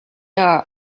are